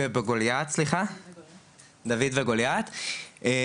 דוד וגוליית,